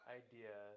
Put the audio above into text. idea